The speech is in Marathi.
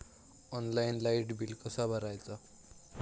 ऑनलाइन लाईट बिल कसा भरायचा?